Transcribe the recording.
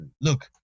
look